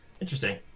Interesting